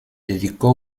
dedicó